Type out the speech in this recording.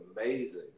amazing